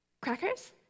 crackers